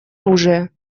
оружия